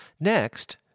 Next